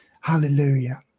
Hallelujah